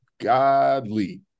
Godly